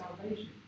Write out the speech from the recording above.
Salvation